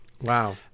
Wow